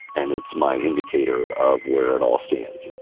and it's my indicator of where it all stands.